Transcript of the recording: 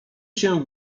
się